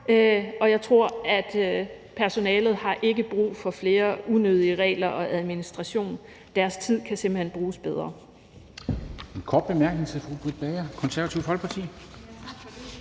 og jeg tror ikke, at personalet har brug for flere unødige regler og mere administration, deres tid kan simpelt hen bruges bedre.